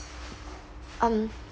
um